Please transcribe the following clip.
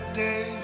day